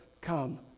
come